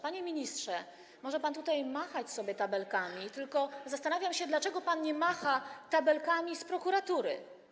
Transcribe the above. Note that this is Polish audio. Panie ministrze, może pan tutaj sobie machać tabelkami, tylko zastanawiam się, dlaczego pan nie macha tabelkami z prokuratury.